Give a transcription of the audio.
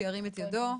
שירים את ידו.